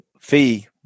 fee